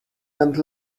and